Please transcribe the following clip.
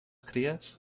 cries